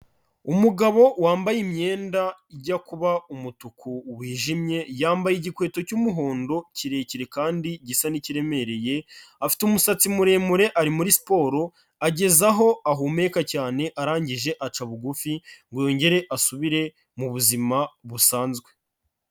Umugabo wambaye imyenda ijya kuba umutuku wijimye, yambaye igikweto cy'umuhondo kirekire kandi gisa ni'kireremereye, afite umusatsi muremure ari muri siporo, ageza aho ahumeka cyane, arangije aca bugufi ngo yongere asubire mu buzima busanzwe.